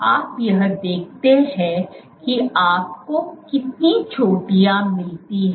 आप यह देखते हैं कि आपको कितनी चोटियाँ मिलती हैं